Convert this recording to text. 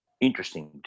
interesting